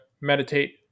meditate